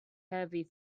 heavy